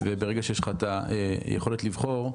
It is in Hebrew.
וברגע שיש לך את היכולת לבחור,